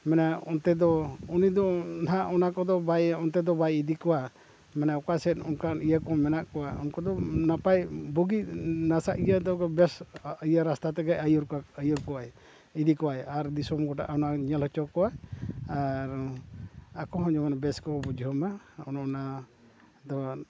ᱢᱟᱱᱮ ᱚᱱᱛᱮ ᱫᱚ ᱩᱱᱤ ᱫᱚ ᱱᱟᱦᱟᱜ ᱚᱱᱟ ᱠᱚᱫᱚ ᱵᱟᱭ ᱚᱱᱛᱮ ᱫᱚ ᱵᱟᱭ ᱤᱫᱤ ᱠᱚᱣᱟ ᱢᱟᱱᱮ ᱚᱠᱟ ᱥᱮᱫ ᱚᱱᱠᱟᱱ ᱤᱭᱟᱹ ᱠᱚ ᱢᱮᱱᱟᱜ ᱠᱚᱣᱟ ᱩᱱᱠᱩ ᱫᱚ ᱱᱟᱯᱟᱭ ᱵᱩᱜᱤ ᱱᱟᱥᱟᱜ ᱤᱭᱟᱹᱜ ᱛᱮᱠᱚ ᱵᱮᱥ ᱤᱭᱟᱹ ᱨᱟᱥᱛᱟ ᱛᱮᱜᱮ ᱟᱹᱭᱩᱨ ᱟᱹᱭᱩᱨ ᱠᱚᱣᱟᱭ ᱤᱫᱤ ᱠᱚᱣᱟᱭ ᱟᱨ ᱫᱤᱥᱚᱢ ᱜᱚᱴᱟ ᱚᱱᱟ ᱧᱮᱞ ᱦᱚᱪᱚ ᱠᱚᱣᱟᱭ ᱟᱨ ᱟᱠᱚ ᱦᱚᱸ ᱡᱮᱢᱚᱱ ᱵᱮᱥ ᱠᱚ ᱵᱩᱡᱷᱟᱹᱣ ᱢᱟ ᱚᱱᱮ ᱚᱱᱟ ᱫᱚ